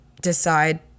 decide